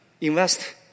Invest